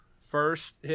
first